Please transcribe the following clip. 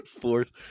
Fourth